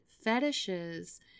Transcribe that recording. fetishes